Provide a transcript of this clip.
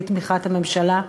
לתמיכת הממשלה.